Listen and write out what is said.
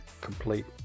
complete